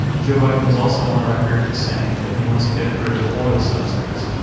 joe biden is also on the record in saying that he wants to get rid of oil subsidies.